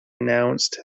announced